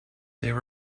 there